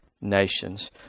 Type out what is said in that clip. nations